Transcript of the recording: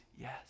yes